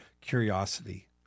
curiosity